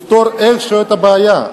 לפתור איכשהו את הבעיה.